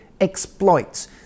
exploits